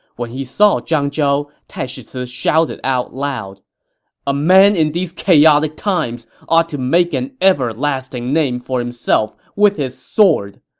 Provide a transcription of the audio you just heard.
when he saw zhang zhao, taishi ci shouted out loud a man in these chaotic times ought to make an everlasting name for himself with his sword!